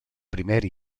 primer